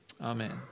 Amen